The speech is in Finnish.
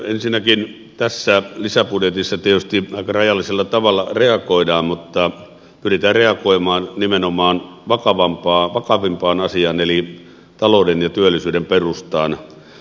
ensinnäkin tässä lisäbudjetissa tietysti aika rajallisella tavalla reagoidaan mutta pyritään reagoimaan nimenomaan vakavimpaan asiaan eli talouden ja työllisyyden perustaan